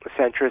centrist